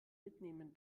mitnehmen